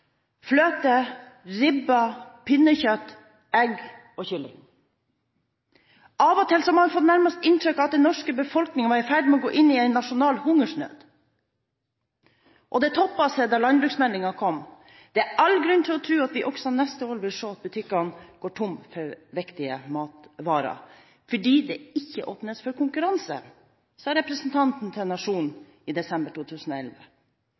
fløte, ribbe, pinnekjøtt, egg og kylling. Av og til har man nærmest fått inntrykk av at den norske befolkningen var i ferd med å gå inn i en nasjonal hungersnød. Det toppet seg da landbruksmeldingen kom. Det er all grunn til å tro at vi også neste år vil se at butikkene går tom for viktige matvarer fordi det ikke åpnes for konkurranse, sa representanten til Nationen i desember i 2011.